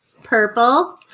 purple